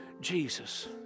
Jesus